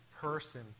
person